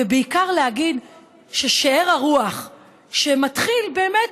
ובעיקר להגיד ששאר הרוח שמתחיל באמת